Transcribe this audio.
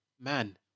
man